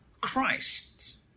Christ